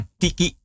tiki